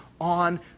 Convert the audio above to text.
on